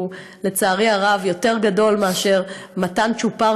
שהוא לצערי הרב יותר גדול מאשר מתן צ'ופר